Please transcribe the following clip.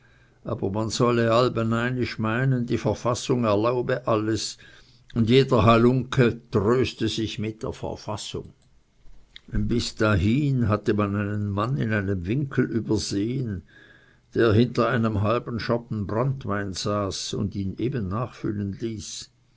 aber man sollte allbeinisch meinen die verfassig erlaube alles und ein jeder halunke tröste sich mit der verfassig bis dahin hatte man einen mann in einem winkel übersehen der hinter einem halben schoppen branntwein saß und ihn eben nachfüllen hieß